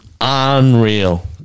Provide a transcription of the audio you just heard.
unreal